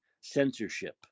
censorship